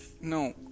No